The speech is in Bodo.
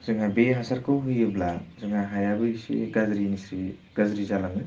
जोंहा बे हासारखौ होयोब्ला जोंहा हायाबो एसे गाज्रि गाज्रि जालाङो